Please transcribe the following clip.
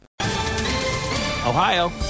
Ohio